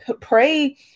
Pray